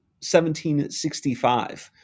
1765